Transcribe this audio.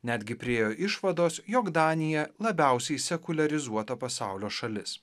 netgi priėjo išvados jog danija labiausiai sekuliarizuota pasaulio šalis